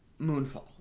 Moonfall